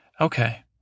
Okay